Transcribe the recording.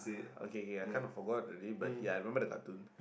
okay okay I kind of forgot already but ya I remember the cartoon